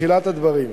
כבתחילת הדברים.